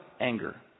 anger